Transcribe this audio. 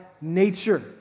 nature